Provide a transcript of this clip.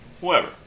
whoever